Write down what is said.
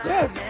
Yes